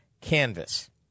Canvas